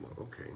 okay